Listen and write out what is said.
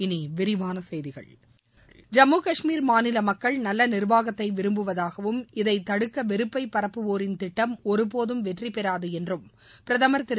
இனி விரிவான செய்திகள் ஜம்மு காஷ்மீர் மாநிலமக்கள் நல்ல நிர்வாகத்தை விரும்புவதாகவும் இதைத் தடுக்க வெறுப்பை பரப்புவோரின் திட்டம் ஒருபோதும் வெற்றி பெறாது என்றும் பிரதமர் திரு